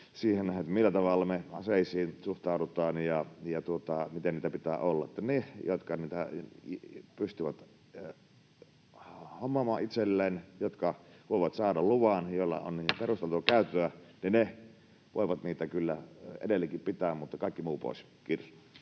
ollut, millä tavalla me aseisiin suhtaudutaan ja miten niitä pitää olla. Ne, jotka niitä pystyvät hommaamaan itselleen, jotka voivat saada luvan ja joilla on perusteltua käyttöä, voivat niitä kyllä edelleenkin pitää, mutta kaikki muu pois. — Kiitos.